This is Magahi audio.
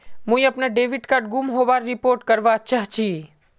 मुई अपना डेबिट कार्ड गूम होबार रिपोर्ट करवा चहची